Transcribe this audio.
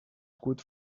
good